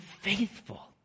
faithful